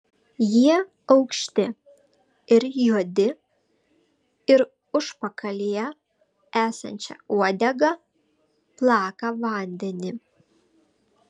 jie aukšti ir juodi ir užpakalyje esančia uodega plaka vandenį